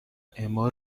اما